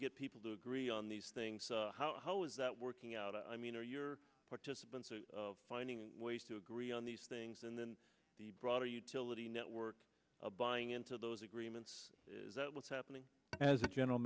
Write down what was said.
get people to agree on these things how's that working out i mean are your participants finding ways to agree on these things and then the broader utility network buying into those agreements is that what's happening as a general